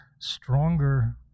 stronger